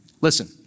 Listen